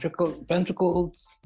ventricles